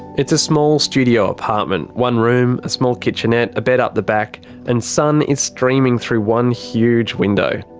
it's a small studio apartment one room, a small kitchenette, a bed up the back and sun is streaming through one huge window.